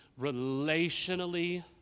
relationally